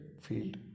field